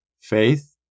faith